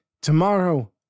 tomorrow